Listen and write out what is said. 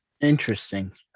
Interesting